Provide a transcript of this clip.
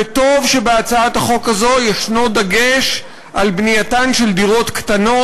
וטוב שבהצעת החוק הזו יש דגש על בנייתן של דירות קטנות.